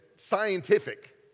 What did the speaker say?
Scientific